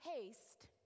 haste